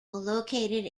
located